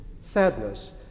sadness